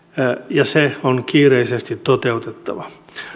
ja se on kiireisesti toteutettava